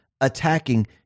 attacking